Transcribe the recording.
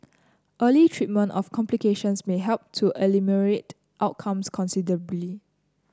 early treatment of complications may help to ameliorate outcomes considerably